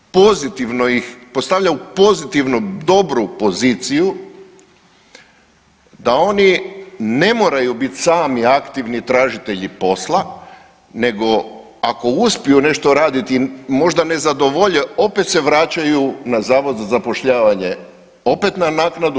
Pozitivno ih postavlja u pozitivnu, dobru poziciju da oni ne moraju bit sami aktivni tražitelji posla, nego ako uspiju nešto raditi, možda ne zadovolje opet se vraćaju na Zavod za zapošljavanje, opet na naknadu.